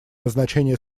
назначение